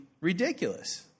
ridiculous